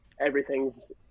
everything's